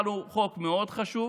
הוא חוק מאוד חשוב